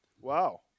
Wow